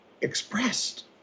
expressed